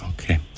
Okay